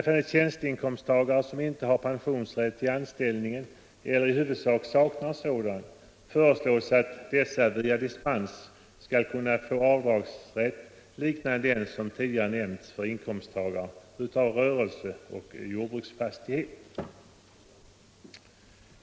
För inkomsttagare som inte har pensionsrätt i anställningen eller i huvudsak saknar sådan föreslås att de via dispens skall kunna få en avdragsrätt liknande den som tidigare nämnts för dem som har inkomst av rörelse eller jordbruksfastighet.